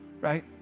Right